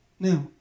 Now